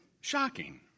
shocking